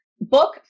book